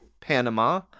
Panama